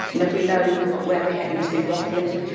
you know if we know where we are heading to roughly,